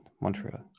Montreal